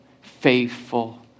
faithful